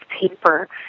paper